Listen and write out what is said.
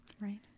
right